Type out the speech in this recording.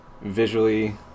visually